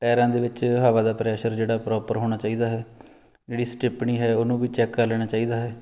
ਟਾਇਰਾਂ ਦੇ ਵਿੱਚ ਹਵਾ ਦਾ ਪ੍ਰੈਸ਼ਰ ਜਿਹੜਾ ਪ੍ਰੋਪਰ ਹੋਣਾ ਚਾਹੀਦਾ ਹੈ ਜਿਹੜੀ ਸਟਿਪਣੀ ਹੈ ਉਹਨੂੰ ਵੀ ਚੈੱਕ ਕਰ ਲੈਣਾ ਚਾਹੀਦਾ ਹੈ